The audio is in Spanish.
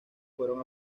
fueron